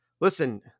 listen